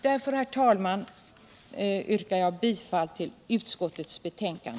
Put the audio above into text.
Därför, herr talman, yrkar jag bifall till utskottets hemställan.